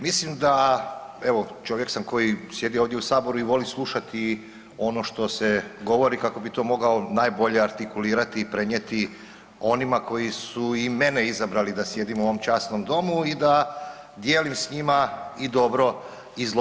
Mislim da, evo čovjek sam koji sjedi ovdje u Saboru i voli slušati ono što se govori kako bi to mogao najbolje artikulirati i prenijeti onima koji su i mene izabrali da sjedim u ovom časnom Domu i da dijelim s njima i dobro i zlo.